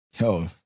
Yo